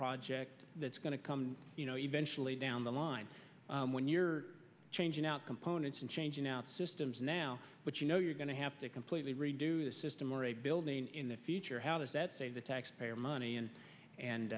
project that's going to come you know eventually down the line when you're changing out components and changing out systems now but you know you're going to have to completely redo the system or a building in the future how does that say the taxpayer